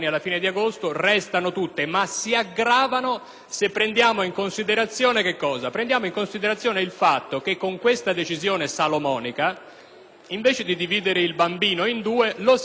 se prendiamo in considerazione il fatto che con questa decisione salomonica invece di «dividere il bambino in due» lo si è dato tutto a Gheddafi. Ci si preoccupa